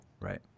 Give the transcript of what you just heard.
Right